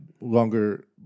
longer